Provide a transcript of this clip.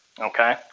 Okay